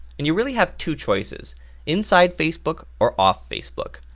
and you really have two choices inside facebook or off facebook,